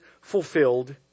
fulfilled